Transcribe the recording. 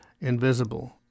invisible